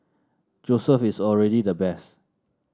Joseph is already the best